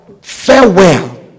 farewell